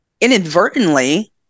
inadvertently